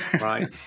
right